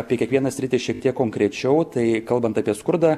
apie kiekvieną sritį šiek tiek konkrečiau tai kalbant apie skurdą